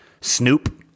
Snoop